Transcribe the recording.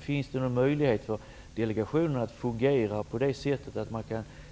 Finns det någon möjlighet för delegationen att